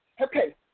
Okay